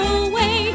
away